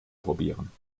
probieren